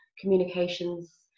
communications